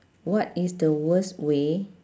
what is the worst way